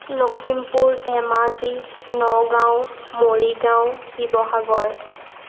Lakhimpur Dhemaji Nagaon Morigaon Sivasagar